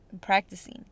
practicing